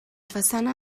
façana